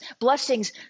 Blessings